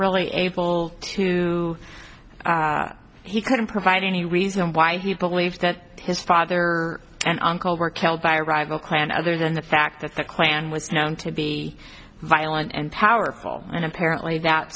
really able to he couldn't provide any reason why he believes that his father and uncle were killed by a rival clan other than the fact that the clan was known to be violent and powerful and apparently that